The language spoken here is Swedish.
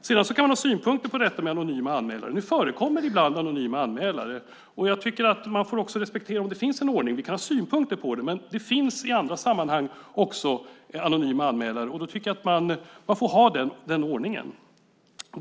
Sedan kan man ha synpunkter på anonyma anmälare. Nu förekommer ibland anonyma anmälare. Man får också respektera en sådan ordning. Vi kan ha synpunkter på det, men i andra sammanhang finns också anonyma anmälare. Man får ha den ordningen.